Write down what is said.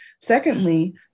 Secondly